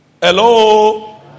Hello